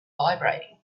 vibrating